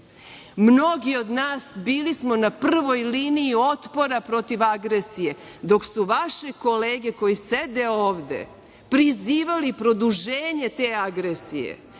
mnogi od nas bili smo na prvoj liniji otpora protiv agresije, dok su vaše kolege koje sede ovde prizivali produženje te agresije